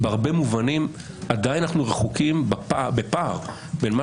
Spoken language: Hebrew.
בהרבה מובנים אנחנו עדיין רחוקים בפער בין מה